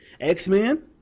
X-Men